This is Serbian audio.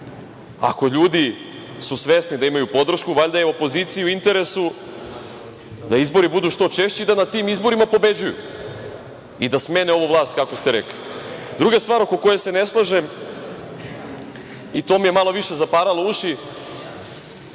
Ako su ljudi svesni da imaju podršku valjda je opoziciji u interesu da izbori budu što češći i da na tim izborima pobeđuju i da smene ovu vlast kako ste rekli. Druga stvar oko koje se ne slažem i to mi je malo više zaparalo uši,